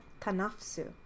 Tanafsu